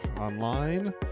online